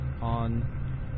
on